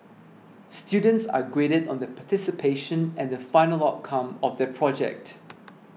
students are graded on their participation and the final outcome of the project